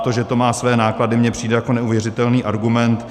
To, že to má své náklady, mně přijde jako neuvěřitelný argument.